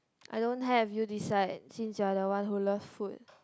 I don't have you decide since you're the one who loves food